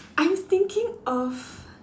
I'm thinking of